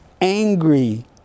angry